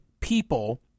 people